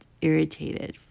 irritated